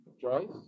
Joyce